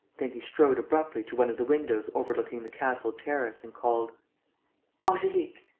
then he strode abruptly to one of the windows overlooking the castle-terrace and called angelique!